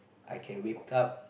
I can wake up